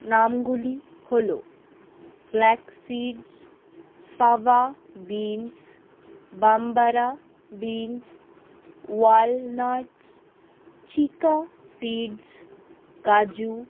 নামগুলি হলো flaxseeds fava beans bambara beans walnuts chia seeds কাজু